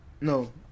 No